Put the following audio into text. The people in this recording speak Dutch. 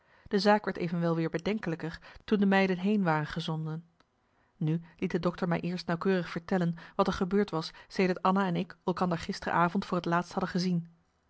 de zaak werd evenwel weer bedenkelijker toen de meiden heen waren gezonden nu liet de dokter mij eerst nauwkeurig vertellen wat er gebeurd was sedert anna en ik elkander gisteren avond voor t laatst hadden gezien